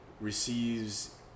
receives